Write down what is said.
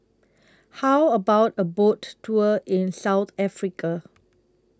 How about A Boat Tour in South Africa